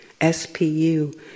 SPU